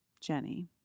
Jenny